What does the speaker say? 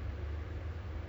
so